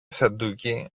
σεντούκι